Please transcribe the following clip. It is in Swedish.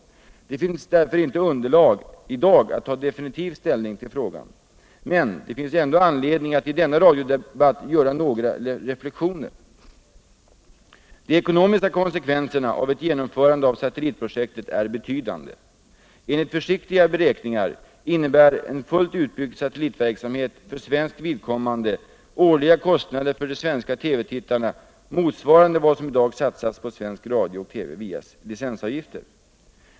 Det finns därför inte underlag i dag för att ta definitiv ställning till frågan. Men det finns ändå anledning att i denna radiodebatt göra några reflexioner. De ekonomiska konsekvenserna av ett genomförande av satellitprojektet är betydande. Enligt försiktiga beräkningar innebär en fullt utbyggd satellitverksamhet för svenskt vidkommande årliga kostnader för de svenska TV tittarna motsvarande vad som i dag satsas på svensk radio och TV via licensavgifter.